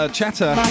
chatter